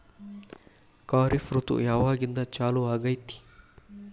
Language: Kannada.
ಖಾರಿಫ್ ಋತು ಯಾವಾಗಿಂದ ಚಾಲು ಆಗ್ತೈತಿ?